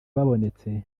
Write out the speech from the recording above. babonetse